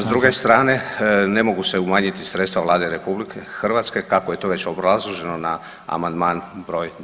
S druge strane ne mogu se umanjiti sredstva Vlade RH kako je to već obrazloženo na amandman broj 2.